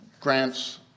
grants